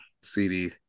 CD